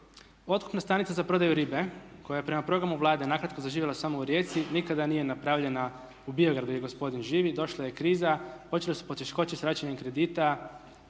Otkupna stanica za prodaju ribe koja je prema programu Vlade nakratko zaživjela samo u Rijeci nikada nije napravljena, u Biogradu gospodin živi i došla je kriza, počele su poteškoće sa vraćanjem kredita.